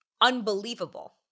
unbelievable